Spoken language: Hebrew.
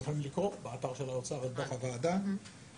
אתם יכולים לקרוא על זה בדוח הוועדה באתר של האוצר.